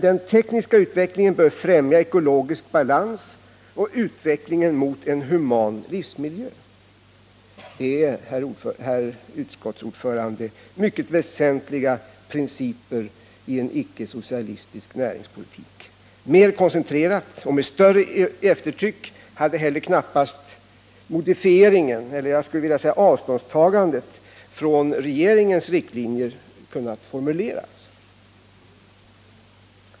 Den tekniska utvecklingen bör främja ekologisk balans och utvecklingen mot en optimal livsmiljö. Det är, herr utskottsordförande, mycket väsentliga principer i en ickesocialistisk näringspolitik. Mer koncentrerat och med större eftertryck hade heller knappast modifieringen — eller, jag skulle vilja säga avståndstagandet, från regeringens riktlinjer — kunnat formuleras.